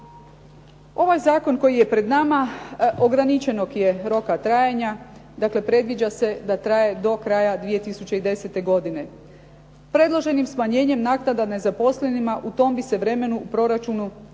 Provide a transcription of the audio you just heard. Ovaj zakon koji je pred nama ograničenog je roka trajanja, dakle predviđa se da traje do kraja 2010. godine. Predloženim smanjenjem naknada nezaposlenima u tom bi se vremenu u proračunu uštedjelo